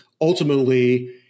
Ultimately